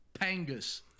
Pangus